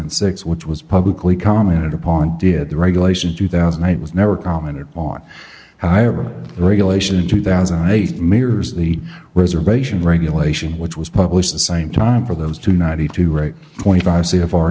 and six which was publicly commented upon did the regulation two thousand it was never commented on however the regulation in two thousand and eight mirrors the reservation regulation which was published the same time for those two ninety two right twenty five